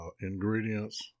ingredients